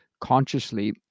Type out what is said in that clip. consciously